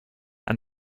and